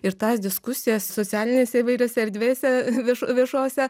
ir tas diskusijas socialinėse įvairiose erdvėse viešose